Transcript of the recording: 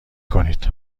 کنید